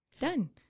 done